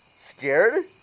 Scared